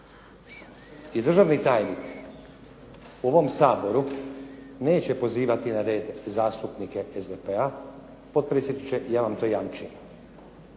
I državni tajnik u ovom Saboru neće pozivati na red zastupnike SDP-a, potpredsjedniče ja vam to jamčim.